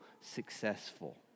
successful